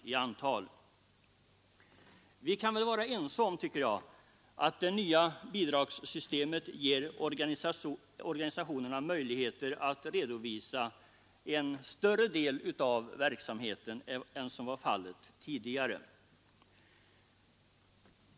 Vi kan väl också vara ense om, tycker jag, att det nya bidragssystemet ger organisationerna möjligheter att redovisa en större del av verksamheten än tidigare.